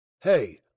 Hey